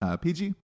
PG